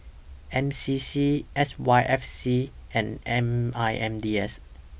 N C C S Y F C and M I N D S